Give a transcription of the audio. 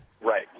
Right